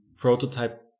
prototype